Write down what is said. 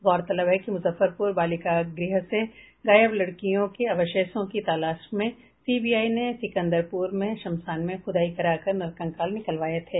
गौरतलब है कि मुजफ्फरपुर बालिका गृह से गायब लड़कियों के अवशेषों की तलाश में सीबीआई ने सिकंदरपुर में शमशान में खुदाई कराकर नरकंकाल निकलवाये थे